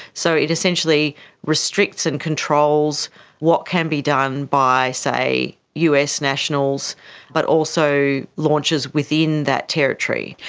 so it essentially restricts and controls what can be done by, say, us nationals but also launches within that territory.